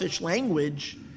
language